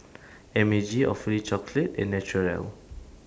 M A G Awfully Chocolate and Naturel